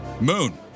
Moon